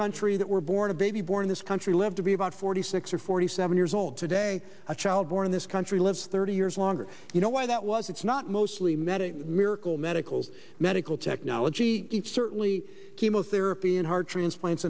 country that were born a baby born in this country lived to be about forty six or forty seven years old today a child born in this country live thirty years longer you know why that was it's not mostly medical miracle medicals medical technology it certainly chemotherapy and heart transplants